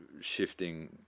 shifting